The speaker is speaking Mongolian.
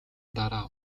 дараа